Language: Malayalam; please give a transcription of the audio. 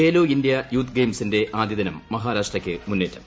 ഖേലോ ഇന്ത്യ യൂത്ത് ഗെയിംസിന്റെ ആദ്യ ദിനം മഹാരാഷ്ട്രയ്ക്ക് മുന്നേറ്റം